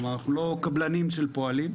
אנחנו לא קבלנים של פועלים.